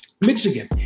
Michigan